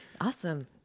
Awesome